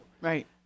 Right